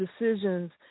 decisions